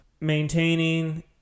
maintaining